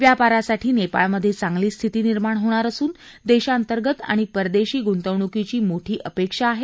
व्यापारासाठी नेपाळमधे चांगली स्थिती निर्माण होणार असून देशांतर्गत आणि परदेशी गुंतवणूकीची मोठी अपेक्षा आहे